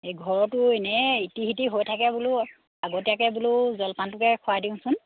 এই ঘৰৰতো এনেই ইটো সিটো হৈ থাকে বোলো আগতীয়াকৈ বোলো জলপানটোকে খোৱাই দিওঁচোন